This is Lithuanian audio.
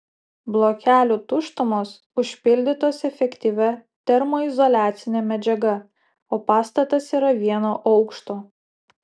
blokelių tuštumos užpildytos efektyvia termoizoliacine medžiaga o pastatas yra vieno aukšto